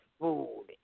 food